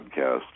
podcast